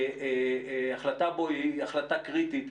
הביטחון ושההחלטה בו היא החלטה קריטית,